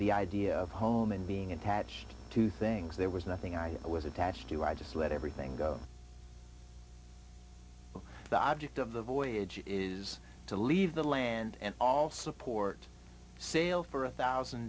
the idea of home and being attached to things there was nothing i was attached to i just let everything go the object of the voyage is to leave the land and all support sail for a one thousand